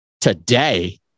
today